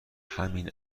همین